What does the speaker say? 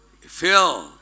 Phil